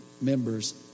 members